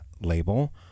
label